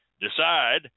decide